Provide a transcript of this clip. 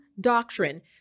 doctrine